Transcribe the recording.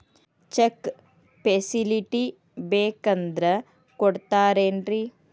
Check facility ಬೇಕಂದ್ರ ಕೊಡ್ತಾರೇನ್ರಿ?